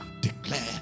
declare